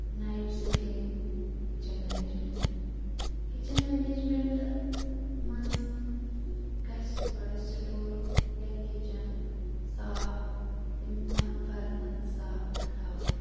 knife skilling kitchen management kitchen management مَنٛز گَژھِ سُہ گۄڈٕے سٹوٗر یا کِچَن صاف تمیُک بانہٕ بَرتَن صاف پٲٹھۍ تھاوُن